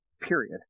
Period